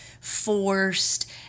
forced